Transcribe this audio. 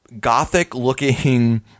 gothic-looking